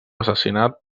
assassinat